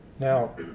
Now